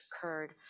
occurred